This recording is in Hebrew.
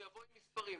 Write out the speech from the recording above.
אני אבוא עם מספרים,